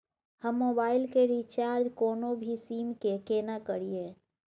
हम मोबाइल के रिचार्ज कोनो भी सीम के केना करिए?